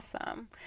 Awesome